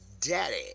Daddy